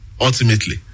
ultimately